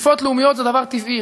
שאיפות לאומיות זה דבר טבעי.